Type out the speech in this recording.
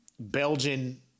Belgian